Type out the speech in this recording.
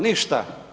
Ništa.